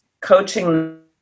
coaching